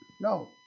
No